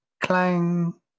clang